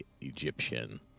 egyptian